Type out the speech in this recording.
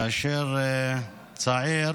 כאשר צעיר